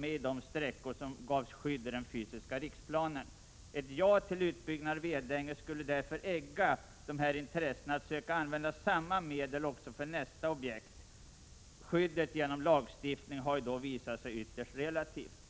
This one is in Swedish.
var en av de älvsträckor som gavs skydd i den fysiska riksplanen. Ett ja till en utbyggnad i Edänge skulle därför egga de här intressena att söka använda samma medel också när det gäller nästa objekt. Skyddet genom lagstiftning har ju då visat sig vara ytterst relativt.